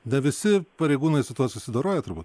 ne visi pareigūnai su tuo susidoroja turbūt